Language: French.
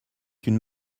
une